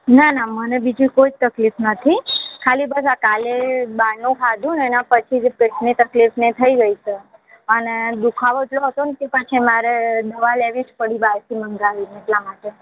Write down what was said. ના ના મને બીજી કોઈ તકલીફ નથી ખાલી બસ આ કાલે બહારનું ખાધું ને એના પછી જે પેટની તકલીફ ને એ થઈ ગઈ છે અને દુઃખાવો એટલો હતો ને કે પછી મારે દવા લેવી જ પડી બહારથી મંગાવીને એટલા માટે